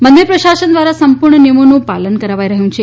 મંદિર પ્રશાસન દ્વારા સંપૂર્ણ નિયમોનું પાલન કરાવાઈ રહ્યું છે